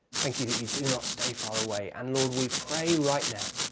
thank you that you do not stay far away. and, lord, we pray right now,